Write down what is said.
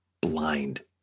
blind